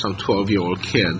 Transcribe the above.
some twelve year old kid